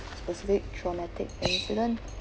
specific traumatic incident